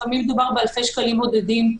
לפעמים מדובר באלפי שקלים בודדים.